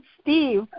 Steve